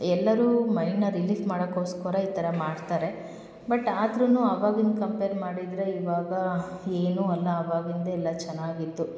ಎಲ್ಲರೂ ಮೈಂಡ್ನ ರಿಲೀಫ್ ಮಾಡಕೋಸ್ಕರ ಈ ಥರ ಮಾಡ್ತಾರೆ ಬಟ್ ಆದರೂ ಅವಾಗಿಂದ ಕಂಪೇರ್ ಮಾಡಿದರೆ ಇವಾಗಾ ಏನು ಅಲ್ಲ ಅವಾಗಿಂದೆ ಎಲ್ಲ ಚೆನ್ನಾಗಿತ್ತು